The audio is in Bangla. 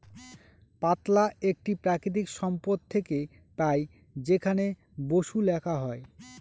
পাতলা একটি প্রাকৃতিক সম্পদ থেকে পাই যেখানে বসু লেখা হয়